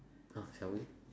ah shall we